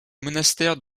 monastère